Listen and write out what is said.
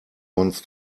wants